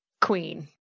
Queen